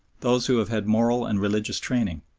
those who have had moral and religious training,